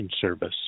Service